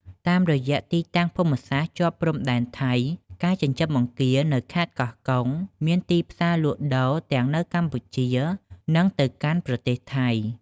តាមរយៈទីតាំងភូមិសាស្ត្រជាប់ព្រំដែនថៃ ការចិញ្ចឹមបង្គានៅខេត្តកោះកុងមានទីផ្សារលក់ដូរទាំងនៅកម្ពុជា និងទៅកាន់ប្រទេសថៃ។